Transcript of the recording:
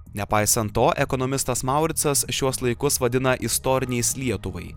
nepaisant to ekonomistas mauricas šiuos laikus vadina istoriniais lietuvai